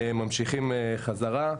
וממשיכים חזרה.